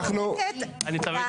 תודה.